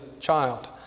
child